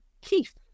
Keith